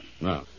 Now